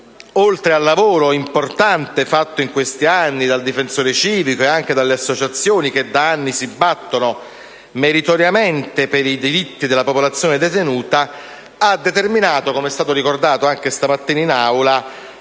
oltre al lavoro importante fatto in questi anni dal difensore civico e anche dalle associazioni che da anni si battono meritoriamente per i diritti della popolazione detenuta, ha determinato, com'è stato ricordato anche stamattina in Aula,